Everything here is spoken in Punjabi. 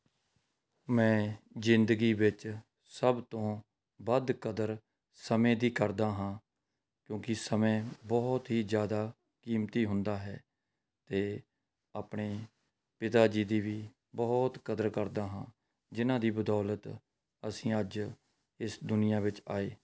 ਮੈਂ ਜ਼ਿੰਦਗੀ ਵਿੱਚ ਸਭ ਤੋਂ ਵੱਧ ਕਦਰ ਸਮੇਂ ਦੀ ਕਰਦਾ ਹਾਂ ਕਿਉਂਕਿ ਸਮੇਂ ਬਹੁਤ ਹੀ ਜ਼ਿਆਦਾ ਕੀਮਤੀ ਹੁੰਦਾ ਹੈ ਅਤੇ ਆਪਣੇ ਪਿਤਾ ਜੀ ਦੀ ਵੀ ਬਹੁਤ ਕਦਰ ਕਰਦਾ ਹਾਂ ਜਿਹਨਾਂ ਦੀ ਬਦੌਲਤ ਅਸੀਂ ਅੱਜ ਇਸ ਦੁਨੀਆਂ ਵਿੱਚ ਆਏ